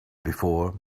before